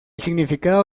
significado